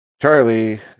Charlie